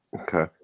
Okay